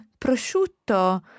prosciutto